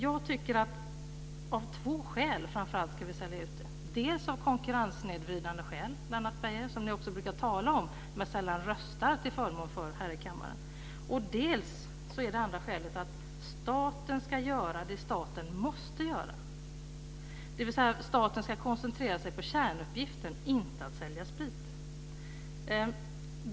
Jag tycker att vi ska sälja ut Vin & Sprit framför allt av två skäl. För det första är det av de konkurrenssnedvridande skäl som ni brukar tala om men sällan rösta till förmån för här i kammaren, Lennart Beijer. För det andra är det av skälet att staten ska göra det som staten måste göra, dvs. staten ska koncentrera sig på kärnuppgiften och inte på att sälja sprit.